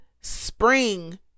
spring